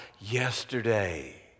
yesterday